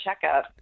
checkup